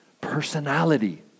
personality